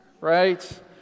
right